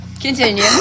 Continue